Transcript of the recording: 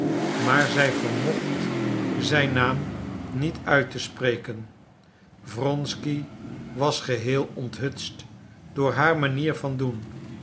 maar zij vermocht zijn naam niet uit te spreken wronsky was geheel onthutst door haar manier van doen